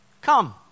come